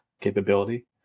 capability